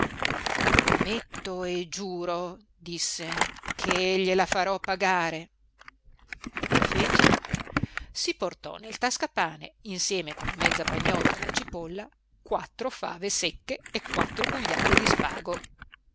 prometto e giuro disse che gliela farò pagare e che fece si portò nel tascapane insieme con la mezza pagnotta e la cipolla quattro fave secche e quattro gugliate di spago